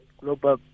global